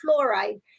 fluoride